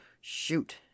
Shoot